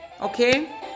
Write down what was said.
okay